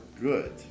good